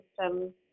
system